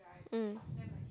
mm